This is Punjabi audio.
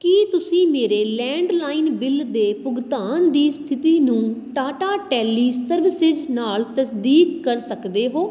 ਕੀ ਤੁਸੀਂ ਮੇਰੇ ਲੈਂਡਲਾਈਨ ਬਿੱਲ ਦੇ ਭੁਗਤਾਨ ਦੀ ਸਥਿਤੀ ਨੂੰ ਟਾਟਾ ਟੈਲੀ ਸਰਵਿਸਿਜ਼ ਨਾਲ ਤਸਦੀਕ ਕਰ ਸਕਦੇ ਹੋ